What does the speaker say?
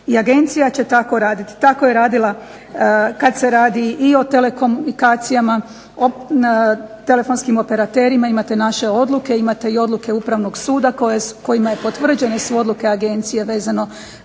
agencija će tako raditi. Tako je radila kad se radi i o telekomunikacijama, telefonskim operaterima, imate naše odluke, imate i odluke Upravnog suda kojima su potvrđene odluke agencije vezano